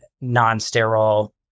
non-sterile